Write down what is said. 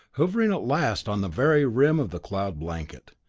hovering at last on the very rim of the cloud blanket,